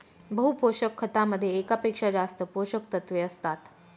बहु पोषक खतामध्ये एकापेक्षा जास्त पोषकतत्वे असतात